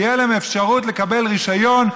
תהיה אפשרות לקבל רישיון,